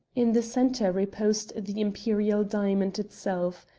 in the centre reposed the imperial diamond itself.